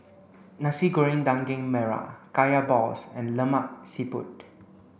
Nasi Goreng Daging Merah Kaya Balls and Lemak Siput